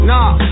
Nah